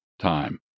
time